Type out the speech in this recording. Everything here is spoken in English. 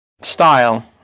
style